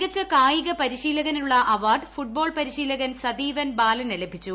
മികച്ച കാ്യിക പരിശീലകനുള്ള അവാർ ഡ് ഫുട്ബോൾ പരിശീലകൻ സതീവൻ ബാലന്റ് ലഭ്രീച്ചു